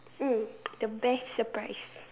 mm the best surprise